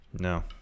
no